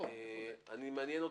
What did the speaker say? מעניין אותי,